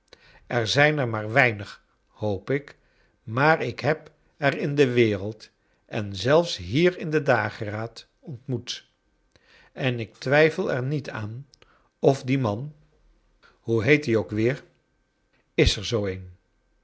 er zijn er maar weinig hoop ik maar ik heb er in de wereld en zelfs hier in de dageraad ontmoet en ik twijt'el er niet aan of die man hoe heet hij ook weer is er zoo een